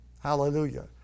Hallelujah